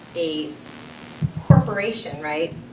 a corporation, right,